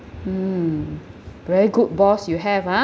mm very good boss you have ah